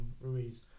Ruiz